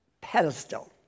pedestal